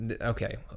okay